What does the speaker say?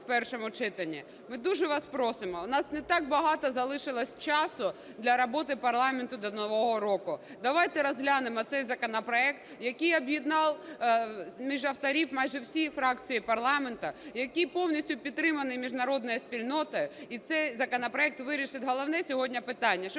в першому читанні. Ми дуже вас просимо, у нас не так багато залишилось часу для роботи парламенту до нового року, давайте розглянемо цей законопроект, який об'єднав авторів майже всіх фракцій парламенту, який повністю підтриманий міжнародною спільнотою. І цей законопроект вирішить головне сьогодні питання,